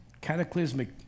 cataclysmic